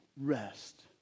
rest